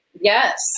Yes